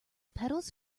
petals